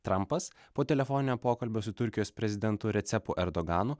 trampas po telefoninio pokalbio su turkijos prezidentu recepu erdoganu